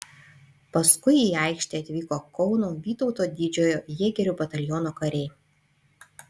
paskui į aikštę atvyko kauno vytauto didžiojo jėgerių bataliono kariai